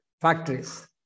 factories